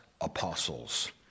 apostles